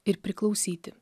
ir priklausyti